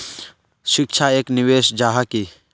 शिक्षा एक निवेश जाहा की?